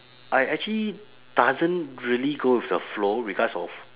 I actually doesn't really go with the flow regards of